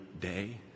day